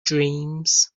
dreams